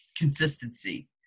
consistency